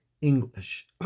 English